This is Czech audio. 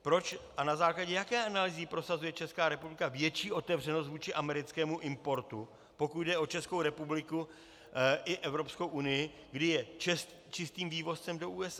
Proč a na základě jaké analýzy prosazuje Česká republika větší otevřenost vůči americkému importu, pokud jde o Českou republiku i Evropskou unii, kdy je čistým vývozcem do USA?